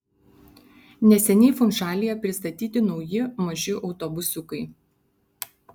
neseniai funšalyje pristatyti nauji maži autobusiukai